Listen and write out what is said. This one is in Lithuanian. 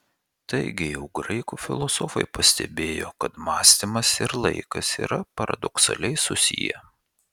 taigi jau graikų filosofai pastebėjo kad mąstymas ir laikas yra paradoksaliai susiję